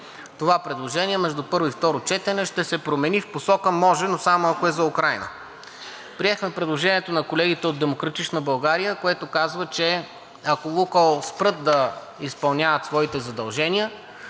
Това предложение между първо и второ четене ще се промени в посока – може, но само ако е за Украйна. Приехме предложението на колегите от „Демократична България“, което казва, че ако „Лукойл“ спрат да изпълняват своите задължения,